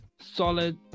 solid